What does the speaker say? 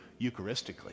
Eucharistically